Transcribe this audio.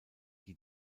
die